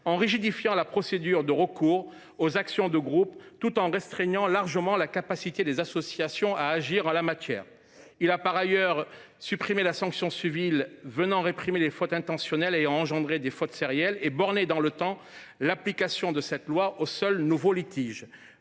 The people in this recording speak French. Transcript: en rigidifiant la procédure de recours aux actions de groupe, tout en restreignant largement la capacité des associations à agir en la matière. Il a par ailleurs choisi de supprimer la sanction civile réprimant les fautes intentionnelles ayant engendré des dommages sériels, et borné dans le temps l’application de cette loi aux seuls nouveaux litiges,